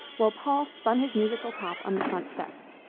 while paul spun his musical top on the front steps.